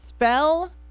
Spell